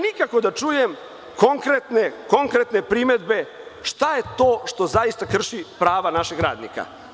Nikako da čujem konkretne primedbe šta je to šta zaista krši prava našeg radnika.